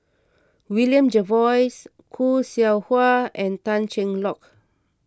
William Jervois Khoo Seow Hwa and Tan Cheng Lock